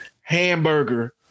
hamburger